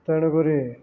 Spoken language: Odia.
ତେଣୁକରି